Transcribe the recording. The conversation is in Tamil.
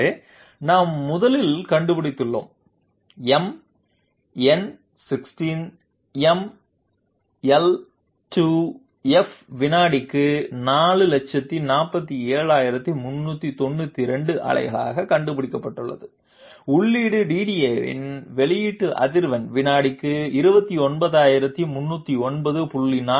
எனவே நாம் முதலில் கண்டுபிடித்துள்ளோம் m n 16 m 12 f வினாடிக்கு 447392 அலைகளாக கண்டுபிடிக்கப்பட்டுள்ளது உள்ளீடு DDA இன் வெளியீட்டு அதிர்வெண் வினாடிக்கு 29309